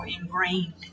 ingrained